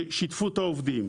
מודל ששיתפו את העובדים.